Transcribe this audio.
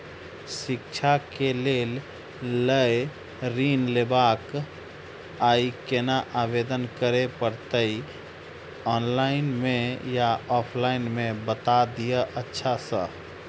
शिक्षा केँ लेल लऽ ऋण लेबाक अई केना आवेदन करै पड़तै ऑनलाइन मे या ऑफलाइन मे बता दिय अच्छा सऽ?